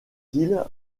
style